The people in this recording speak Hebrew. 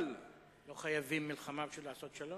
לא חייבים מלחמה בשביל לעשות שלום.